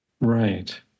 Right